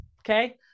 okay